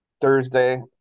Thursday